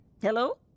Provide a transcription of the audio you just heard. Hello